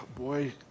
Boy